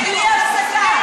בלי הפסקה.